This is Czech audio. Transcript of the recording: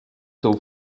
tou